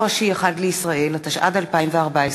(רב ראשי אחד לישראל), התשע"ד 2014,